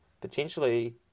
potentially